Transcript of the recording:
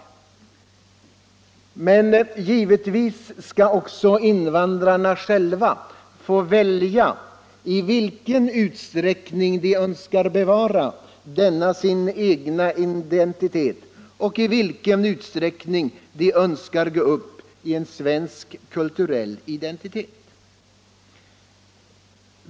Men givetvis skall också invandrarna själva få välja i vilken utsträckning de önskar bevara sin identitet och i vilken utsträckning de önskar gå upp i en svensk kulturell identitet.